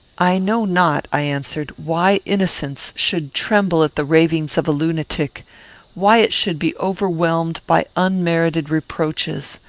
i know not, i answered, why innocence should tremble at the ravings of a lunatic why it should be overwhelmed by unmerited reproaches!